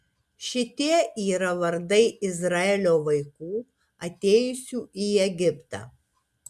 šitie yra vardai izraelio vaikų atėjusių į egiptą